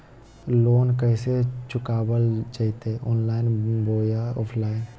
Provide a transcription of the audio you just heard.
Loan कैसे चुकाबल जयते ऑनलाइन बोया ऑफलाइन?